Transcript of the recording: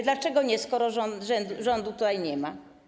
Dlaczego nie, skoro rządu tutaj nie ma?